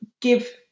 give